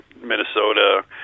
Minnesota